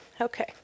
Okay